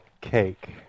cake